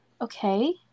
Okay